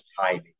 timing